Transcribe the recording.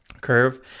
curve